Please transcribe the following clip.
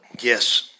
Yes